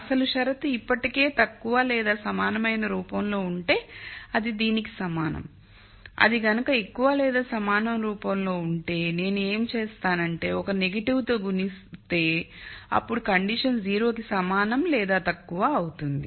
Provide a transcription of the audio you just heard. అసలు షరతు ఇప్పటికే తక్కువ లేదా సమానమైన రూపంలో ఉంటే అది దీనికి సమానం అది కనుక ఎక్కువ లేదా సమానం రూపంలో లో ఉంటే నేను ఏమి చేస్తానంటే ఒక నెగిటివ్ తో గుణిస్తే అప్పుడు కండిషన్ 0 జీరో కి సమానం లేదా తక్కువ అవుతుంది